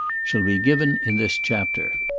shall be given in this chapter.